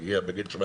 הגיעה בגיל 17